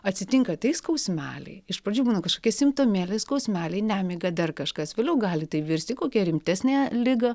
atsitinka tai skausmeliai iš pradžių būna kažkokie simptomėliai skausmeliai nemiga dar kažkas vėliau gali tai virsti į kokią rimtesnę ligą